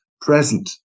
present